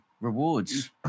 rewards